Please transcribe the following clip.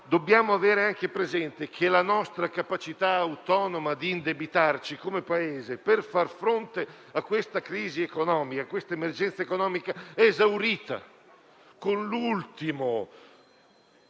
Dobbiamo avere anche presente che la nostra capacità autonoma di indebitarci come Paese per far fronte a questa crisi economica è esaurita: con l'ultimo